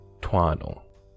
twaddle